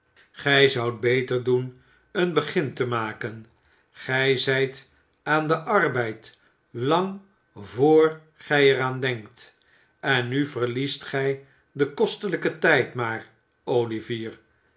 gij zoudt beter doen een begin te maken gij zijt aan den arbeid lang vr gij er aan denkt en nu verliest gij den kostelijken tijd maar olivier